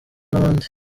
n’abandi